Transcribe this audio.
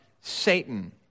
Satan